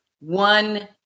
one